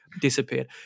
Disappeared